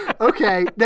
Okay